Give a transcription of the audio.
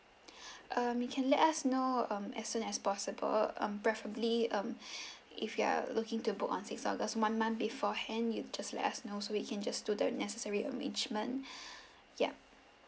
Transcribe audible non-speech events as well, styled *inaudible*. *breath* um you can let us know um as soon as possible um preferably um *breath* if you are looking to book on sixth august one month beforehand you just let us know so we can just do the necessary arrangement *breath* yup